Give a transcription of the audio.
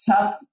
tough